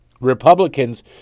Republicans